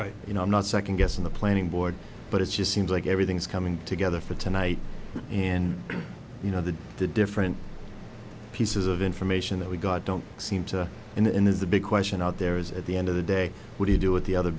right you know i'm not second guessing the planning board but it just seems like everything's coming together for tonight and you know the the different pieces of information that we got don't seem to him is the big question out there is at the end of the day what he do with the other